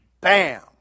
bam